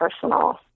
personal